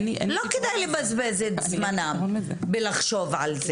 לא כדאי לבזבז את זמנם בלחשוב על זה.